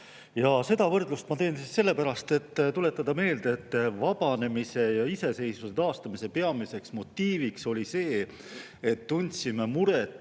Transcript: seda võrdlust ma teen sellepärast, et tuletada meelde, et vabanemise ja iseseisvuse taastamise peamiseks motiiviks oli see, et me tundsime muret